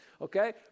Okay